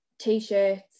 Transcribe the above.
T-shirts